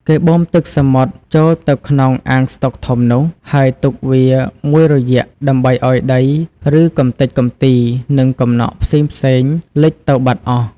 គេបូមទឹកសមុទ្រចូលទៅក្នុងអាងស្តុកធំនោះ ហើយទុកវាមួយរយៈដើម្បីឲ្យដី ឬកម្ទេចកម្ទី និងកំណកផ្សេងៗលិចទៅបាតអស់។